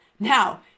Now